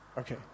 Okay